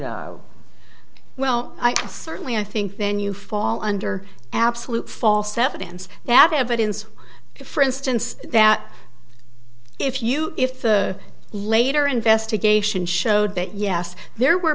know well i certainly i think then you fall under absolute false evidence that evidence for instance that if you if the later investigation showed that yes there were